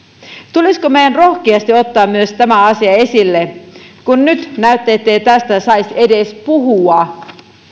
tulisiko meidän rohkeasti ottaa myös tämä asia esille kun nyt näyttää ettei tästä saisi edes puhua